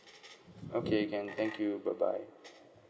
okay can thank you bye bye